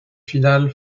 finale